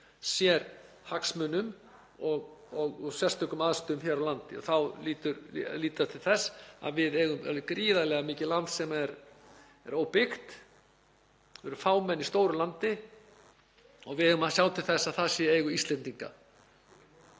sérhagsmunum og sérstökum aðstæðum hér á landi og líta til þess að við eigum gríðarlega mikið land sem er óbyggt. Við erum fámenn í stóru landi og við eigum að sjá til þess að það sé í eigu Íslendinga,